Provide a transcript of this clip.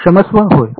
क्षमस्व होय